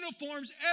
uniforms